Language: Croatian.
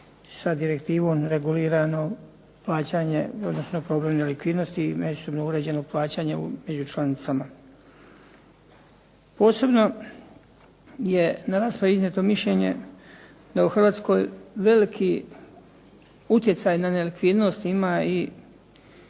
sa direktivom regulirano plaćanje odnosno problem nelikvidnosti i međusobno uređeno plaćanje među članicama. Posebno je na raspravi iznijeto mišljenje da u Hrvatskoj veliki utjecaj na nelikvidnost ima i